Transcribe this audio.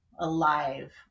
alive